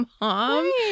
mom